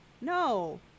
No